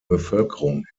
bevölkerung